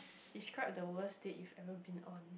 describe the worst date you ever been on